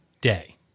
day